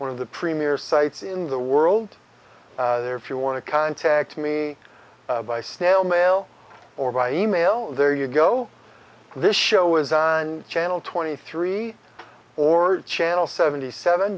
one of the premier sites in the world if you want to contact me by snail mail or by e mail there you go this show is on channel twenty three or channel seventy seven